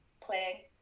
playing